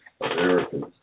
Americans